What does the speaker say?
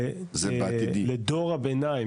לדור הביניים,